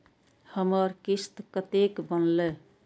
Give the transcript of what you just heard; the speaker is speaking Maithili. हमर किस्त कतैक बनले?